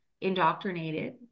indoctrinated